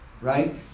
right